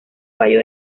fallo